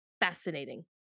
fascinating